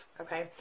okay